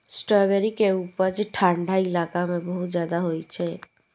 strawberry के उपज ठंढा इलाका मे बहुत ज्यादा होइ छै